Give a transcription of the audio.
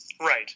Right